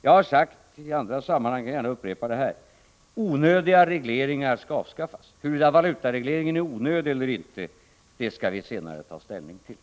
Jag har sagt i andra sammanhang och jag kan upprepa det här: Onödiga regleringar skall avskaffas. Huruvida valutaregleringen är onödig eller inte skall vi senare ta ställning till.